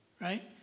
right